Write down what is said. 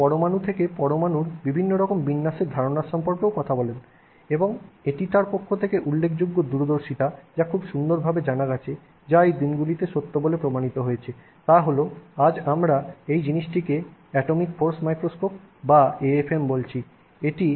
তিনি পরমাণু থেকে পরমাণুর বিভিন্ন রকম বিন্যাসের ধারণা সম্পর্কে কথা বলেন আবারও এটি তাঁর পক্ষ থেকে উল্লেখযোগ্য দূরদর্শিতা যা খুব সুন্দরভাবে জানা গেছে যা এই দিনগুলিতে সত্য বলে প্রমাণিত হয়েছে তা হল আজ আমরা এই জিনিসটিকে এটমিক ফোর্স মাইক্রোস্কোপ বা AFM বলছি